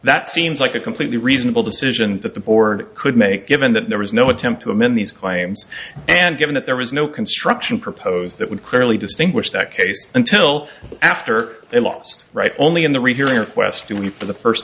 that seems like a completely reasonable decision that the board could make given that there was no attempt to amend these claims and given that there was no construction proposed that would clearly distinguish that case until after they lost right only in the rehearing requested me for the first